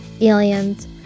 aliens